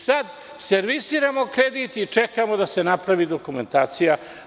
Sada servisiramo kredit i čekamo da se napravi dokumentacija.